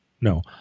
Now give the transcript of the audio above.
No